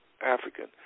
African